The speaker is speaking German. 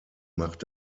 macht